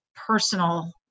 personal